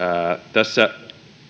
tässä